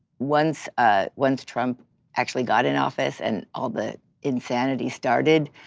once ah once trump actually got in office and all the insanity started,